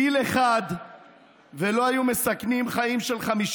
טיל אחד ולא היו מסכנים חיים של 50